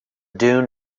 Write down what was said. dune